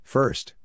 First